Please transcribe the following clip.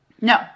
No